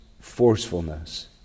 forcefulness